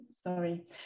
Sorry